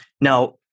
Now